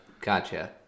Gotcha